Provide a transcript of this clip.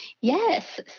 Yes